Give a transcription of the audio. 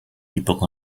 people